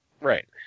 right